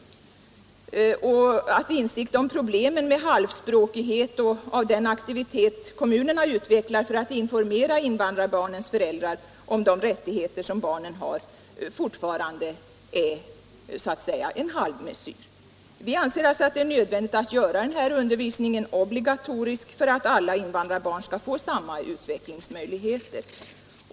Även om man har insikt om problemen med halvspråkighet är den aktivitet kommunerna utvecklar för att informera invandrarbarnens föräldrar om de rättigheter som barnen har fortfarande en halvmesyr. Jag anser alltså att det är nödvändigt att göra denna undervisning obligatorisk för att alla invandrarbarn skall få samma utvecklingsmöjligheter.